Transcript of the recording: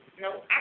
no